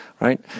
right